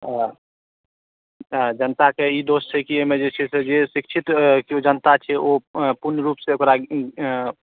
जनताके ई दोष छै की एहिमे जे छै से जे शिक्षित कोइ जनता छै ओ पूर्ण रूपसँ बड़ा